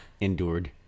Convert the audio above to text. Endured